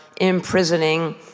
imprisoning